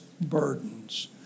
burdens